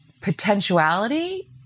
potentiality